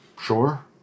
Sure